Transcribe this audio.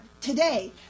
today